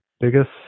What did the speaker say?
biggest